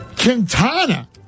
Quintana